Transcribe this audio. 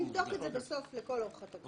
נבדוק את זה בסוף לכל אורך התקנות.